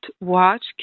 watch